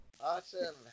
Awesome